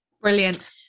brilliant